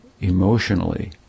emotionally